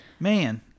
Man